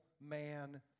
man